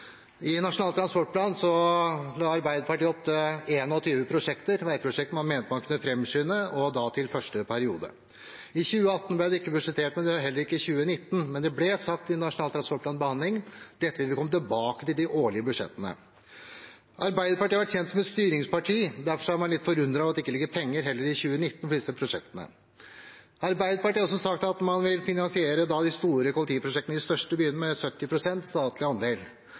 I Nasjonal transportplan la Arbeiderpartiet opp til 21 prosjekter, veiprosjekter, man mente man kunne framskynde, og da til første periode. I 2018 ble det ikke budsjettert med det, heller ikke i 2019, men det ble sagt ved behandlingen av Nasjonal transportplan at dette ville de komme tilbake til i de årlige budsjettene. Arbeiderpartiet har vært kjent som et styringsparti. Derfor er man litt forundret over at det heller ikke i 2019 ligger penger til disse prosjektene. Arbeiderpartiet har også sagt at man vil finansiere de store kollektivprosjektene i de største byene med 70 pst. statlig andel,